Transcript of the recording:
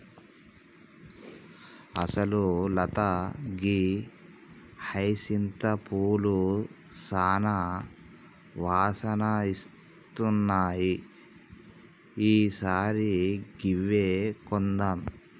అసలు లత గీ హైసింత పూలు సానా వాసన ఇస్తున్నాయి ఈ సారి గివ్వే కొందాం